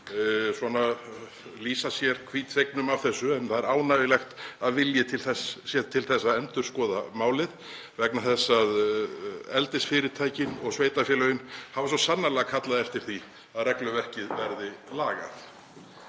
lýsa sig hvítþvegna af þessu en það er ánægjulegt að vilji sé til þess að endurskoða málið vegna þess að eldisfyrirtækin og sveitarfélögin hafa svo sannarlega kallað eftir því að regluverkið verði lagað.